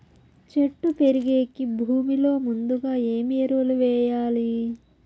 చెట్టు పెరిగేకి భూమిలో ముందుగా ఏమి ఎరువులు వేయాలి?